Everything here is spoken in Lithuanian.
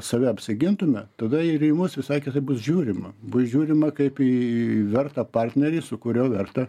save apsigintume tada ir į mus visai kitaip bus žiūrima bus žiūrima kaip į vertą partnerį su kuriuo verta